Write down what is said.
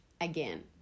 again